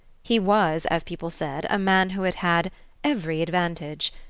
he was, as people said, a man who had had every advantage.